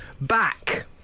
Back